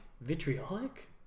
vitriolic